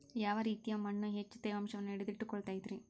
ಯಾವ ರೇತಿಯ ಮಣ್ಣ ಹೆಚ್ಚು ತೇವಾಂಶವನ್ನ ಹಿಡಿದಿಟ್ಟುಕೊಳ್ಳತೈತ್ರಿ?